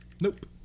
Nope